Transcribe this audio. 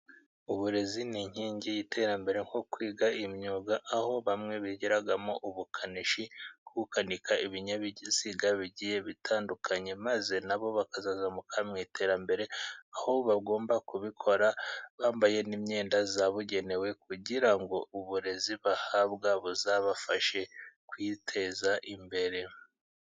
Uburezi ni inkingi y'iterambere nko kwiga imyuga, aho bamwe bigiramo ubukanishi, nko gukanika ibinyabiziga bigiye bitandukanye, maze na bo bakazazamuka mu iterambere, aho bagomba kubikora bambaye n'imyenda yabugenewe kugira ngo uburezi bahabwa buzabafashe kwiteza imbere.